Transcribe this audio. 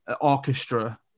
orchestra